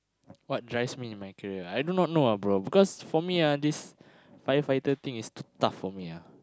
what drives me in my career I do not know ah bro because for me ah this firefighter thing is too tough for me ah